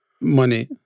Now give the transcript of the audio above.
money